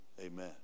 Amen